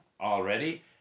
already